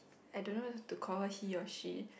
I don't know if to call her he or she